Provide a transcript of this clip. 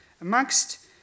Amongst